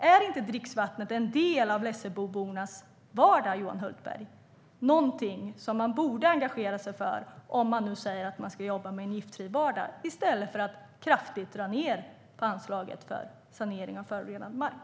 Är inte dricksvattnet en del av Lessebobornas vardag, Johan Hultberg, och något man borde engagera sig för om man säger att man ska jobba med en giftfri vardag, i stället för att kraftigt dra ned på anslaget för sanering av förorenad mark?